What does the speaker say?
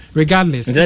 regardless